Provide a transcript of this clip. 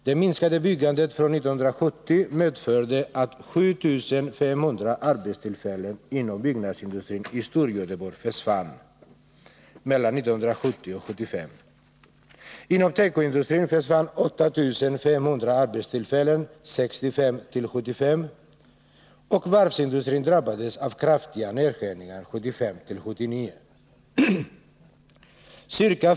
Det minskade byggandet från 1970 medförde att 7 500 arbetstillfällen inom byggnadsindustrin i Storgöteborg försvann mellan 1970 och 1975. Inom tekoindustrin försvann 8 500 arbetstillfällen 1965-1975. Varvsindustrin drabbades av kraftiga nedskärningar 1975-1979.